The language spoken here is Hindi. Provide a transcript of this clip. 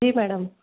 जी मैडम